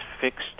fixed